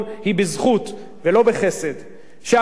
שהפלסטינים הם מכשול לשלום, ולא ההתנחלויות.